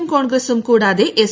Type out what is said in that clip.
യും കോൺഗ്രസ്സും കൂടാതെ എസ്